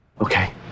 Okay